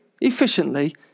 efficiently